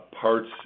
parts